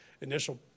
initial